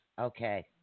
okay